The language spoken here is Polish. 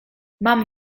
mam